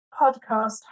podcast